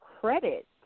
credit